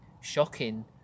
shocking